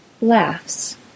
laughs